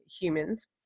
humans